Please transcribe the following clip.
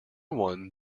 one